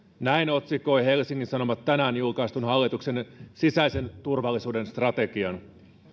näin otsikoi helsingin sanomat tänään julkaistun hallituksen sisäisen turvallisuuden strategian